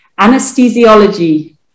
anesthesiology